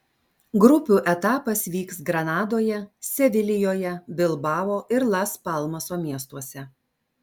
grupių etapas vyks granadoje sevilijoje bilbao ir las palmaso miestuose